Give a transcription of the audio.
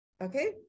Okay